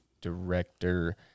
director